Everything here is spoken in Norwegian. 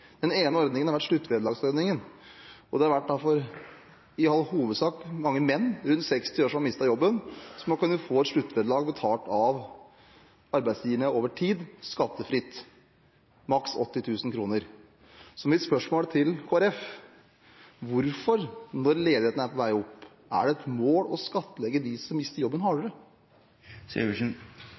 Den ene ordningen har vært sluttvederlagsordningen. Det har i all hovedsak vært mange menn rundt 60 år som har mistet jobben, som har kunnet få et sluttvederlag betalt av arbeidsgiverne over tid skattefritt, maks 80 000 kroner. Mitt spørsmål til Kristelig Folkeparti er: Hvorfor er det et mål å skattlegge dem som mister jobben, hardere når ledigheten er på vei opp? Det er